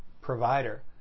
provider